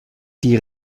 die